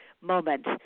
moment